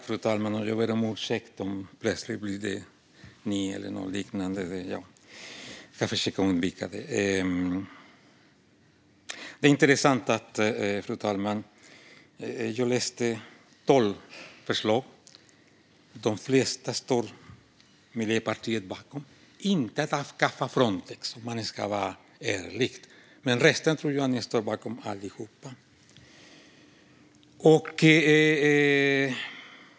Fru talman! Det här är intressant. Jag läste upp tolv förslag. Miljöpartiet står bakom de flesta - dock inte att avskaffa Frontex, om man ska vara ärlig. Men resten av förslagen tror jag att ni står bakom.